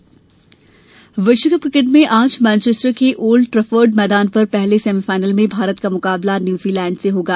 cricket विश्वकप cricket में आज मैनचेस्टर के ओल्ड ट्रेफर्ड मैदान पर पहले सेमीफाइनल में भारत का मुकाबला न्यूजीलैंड से होगा